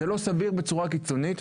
זה לא סביר בצורה קיצונית.